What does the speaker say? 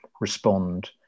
respond